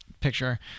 picture